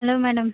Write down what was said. hello madam